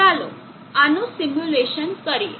ચાલો આનું સિમ્યુલેશન કરીએ